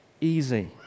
easy